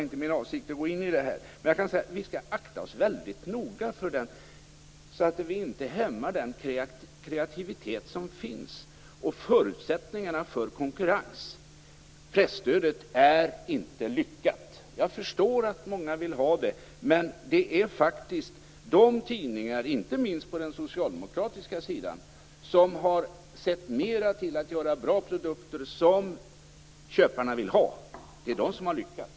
Men jag vill ändå säga att vi skall akta oss väldigt noga för att inte hämma den kreativitet som finns och förutsättningarna för konkurrens. Presstödet är inte lyckat. Jag förstår att det är många som vill ha det, men det är de tidningar - inte minst på den socialdemokratiska sidan - som mera sett till att göra bra produkter som köparna vill ha som har lyckats.